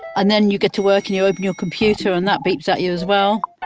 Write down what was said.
and then you get to work and you open your computer and that beeps at you as well.